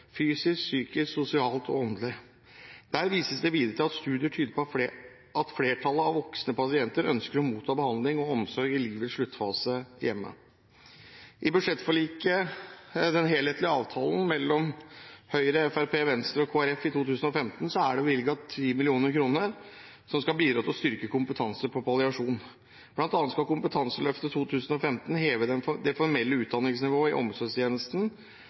fysisk, psykisk, sosialt og åndelig. Der vises det videre til at studier tyder på at flertallet av voksne pasienter ønsker å motta behandling og omsorg i livets sluttfase hjemme. I budsjettforliket, den helhetlige avtalen mellom Høyre, Fremskrittspartiet, Venstre og Kristelig Folkeparti i 2015, er det bevilget 10 mill. kr, som skal bidra til styrke kompetanse på palliasjon. Blant annet er Kompetanseløftet 2015, som skal heve det formelle utdanningsnivået i